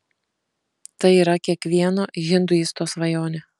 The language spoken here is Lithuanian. tai yra kiekvieno hinduisto svajonė